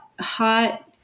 hot